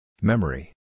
Memory